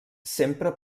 sempre